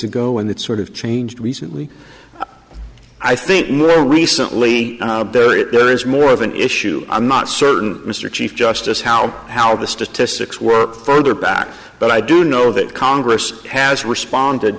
when that sort of changed recently i think more recently there is more of an issue i'm not certain mr chief justice how how the statistics work further back but i do know that congress has responded